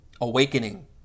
awakening